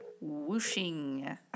whooshing